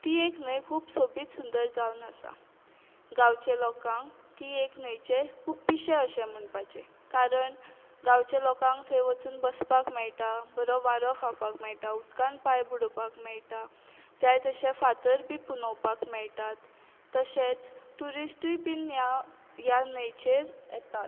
ती एक न्हंय खूब सोबीत सुंदर जावन आसा गांवचे लोकांक ती एक न्हंयचें खूब पिशें अशें म्हणपाचें कारण गांवचे लोकांक थंय वचून बसपाक मेळटा बरो वारो खावपाक मेळटा उदकांत पांय बुडोवपाक मेळटा जाय तशे फातर बी पुंजोवपाक मेळटात तशेंच ट्युरिस्टूय बीन ह्या ह्या न्हंयचेर येतात